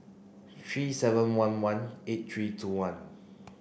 three seven one one eight three two one